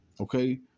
Okay